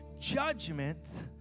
judgment